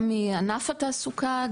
גם מענף התעסוקה,